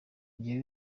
ntawe